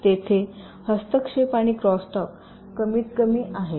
तर तेथे हस्तक्षेप आणि क्रॉसटल्क कमीतकमी आहेत